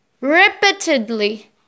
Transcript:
repeatedly